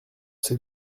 ses